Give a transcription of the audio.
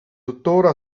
tuttora